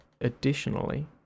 additionally